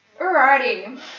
alrighty